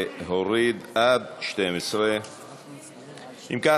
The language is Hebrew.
להוריד עד 12. אם כך,